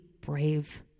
brave